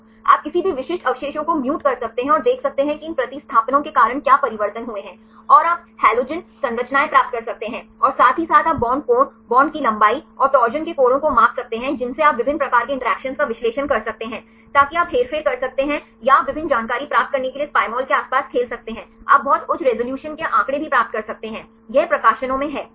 आप किसी भी विशिष्ट अवशेषों को म्यूट कर सकते हैं और देख सकते हैं कि इन प्रतिस्थापनों के कारण क्या परिवर्तन हुए हैं और आप हलोजन संरचनाएं प्राप्त कर सकते हैं और साथ ही आप बॉन्ड कोण बॉन्ड की लंबाई और टॉरशन के कोणों को माप सकते हैं जिनसे आप विभिन्न प्रकार के इंटरैक्शन का विश्लेषण कर सकते हैं ताकि आप हेरफेर कर सकते हैं या आप विभिन्न जानकारी प्राप्त करने के लिए इस Pymol के आसपास खेल सकते हैं आप बहुत उच्च रिज़ॉल्यूशन के आंकड़े भी प्राप्त कर सकते हैं यह प्रकाशनों में है सही